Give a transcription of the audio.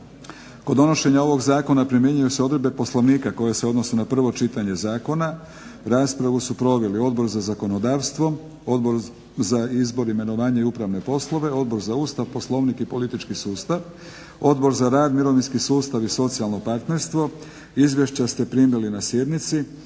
kod donošenja ovog zakona primjenjuju se odredbe Poslovnika koje se odnose na prvo čitanje zakona. Raspravu su proveli Odbor za zakonodavstvo, Odbor za izbor, imenovanja i upravne poslove, Odbor za Ustav, Poslovnik i politički sustav, Odbor za rad, mirovinski sustav i socijalno partnerstvo. Izvješća ste primili na sjednici.